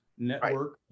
network